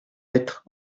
être